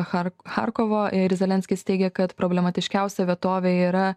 char charkovo ir zelenskis teigia kad problematiškiausia vietovė yra